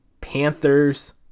Panthers